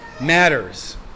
matters